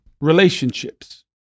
relationships